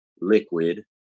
liquid